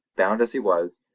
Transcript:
bound as he was,